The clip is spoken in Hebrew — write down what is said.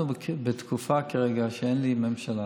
אנחנו בתקופה שאין לי ממשלה